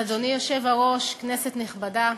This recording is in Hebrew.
אדוני היושב-ראש, כנסת נכבדה,